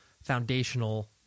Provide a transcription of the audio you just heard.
Foundational